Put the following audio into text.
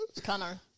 Connor